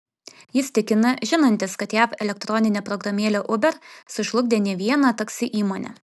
jis tikina žinantis kad jav elektroninė programėlė uber sužlugdė ne vieną taksi įmonę